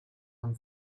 amb